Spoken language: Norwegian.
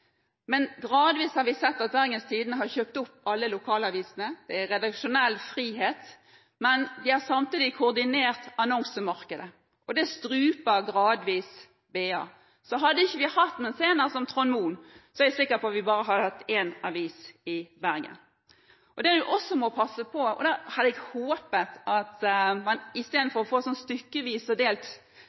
men vi har sett at Bergens Tidende gradvis har kjøpt opp alle lokalavisene. Det er redaksjonell frihet, men de har samtidig koordinert annonsemarkedet, og det struper BA gradvis. Hadde vi ikke hatt mesener som Trond Mohn, er jeg sikker på at vi bare hadde hatt én avis i Bergen. Det man også må passe på – det hadde jeg håpet at man hadde klart istedenfor å presentere en stykkevis og delt